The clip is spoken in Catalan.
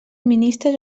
ministres